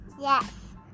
Yes